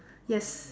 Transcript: yes